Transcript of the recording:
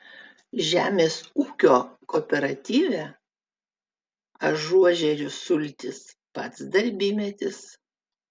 žemės ūkio kooperatyve ažuožerių sultys pats darbymetis